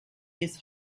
his